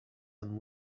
and